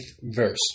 verse